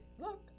look